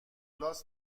کلاس